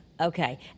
Okay